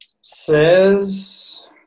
says